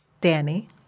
Danny